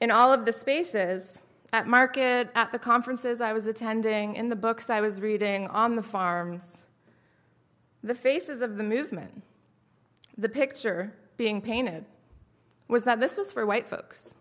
in all of the spaces that market at the conferences i was attending in the books i was reading on the farms the faces of the movement the picture being painted was that this was for white folks